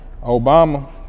Obama